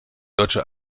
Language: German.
deutsche